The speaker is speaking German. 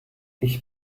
ich